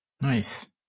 Nice